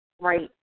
right